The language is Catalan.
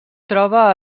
troba